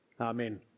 Amen